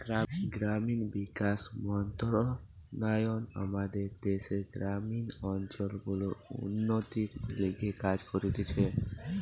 গ্রামীণ বিকাশ মন্ত্রণালয় আমাদের দ্যাশের গ্রামীণ অঞ্চল গুলার উন্নতির লিগে কাজ করতিছে